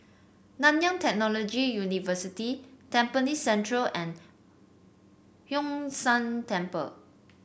Nanyang Technological University Tampines Central and Hwee San Temple